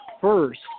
first